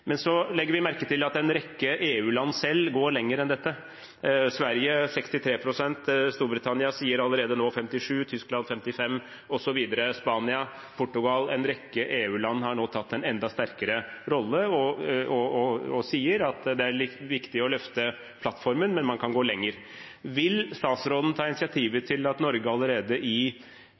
Men vi legger merke til at en rekke EU-land går lenger enn dette: Sverige 63 pst., Storbritannia sier allerede nå 57 pst., Tyskland: 55 pst., osv. Spania, Portugal – en rekke EU-land har nå tatt en enda sterkere rolle og sier at det er viktig å løfte plattformen, men at man kan gå lenger. Vil statsråden ta initiativ til at Norge allerede i